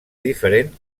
diferent